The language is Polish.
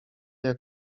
jak